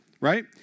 right